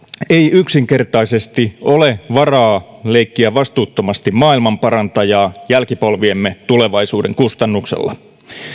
ei yksinkertaisesti ole varaa leikkiä vastuuttomasti maailmanparantajaa jälkipolviemme tulevaisuuden kustannuksella